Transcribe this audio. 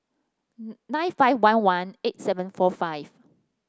nine five one one eight seven four five